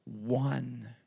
one